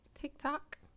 TikTok